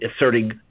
asserting